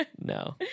no